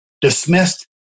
dismissed